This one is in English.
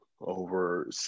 over